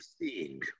seeing